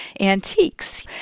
antiques